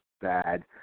bad